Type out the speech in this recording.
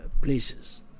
places